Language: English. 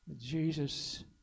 Jesus